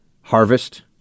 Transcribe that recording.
harvest